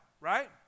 right